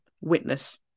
witness